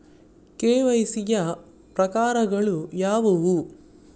KYC ಯ ಪ್ರಕಾರಗಳು ಯಾವುವು?